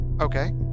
Okay